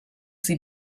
sie